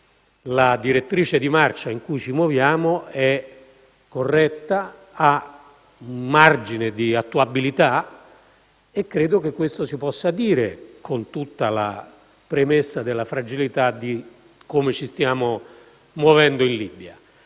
la direttrice di marcia in cui ci muoviamo è corretta e se ha margine di attuabilità, e credo che questo si possa dire, con tutta la premessa della fragilità, di come ci stiamo muovendo in Libia.